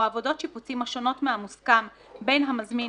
או עבודות שיפוצים השונות מהמוסכם בין מזמין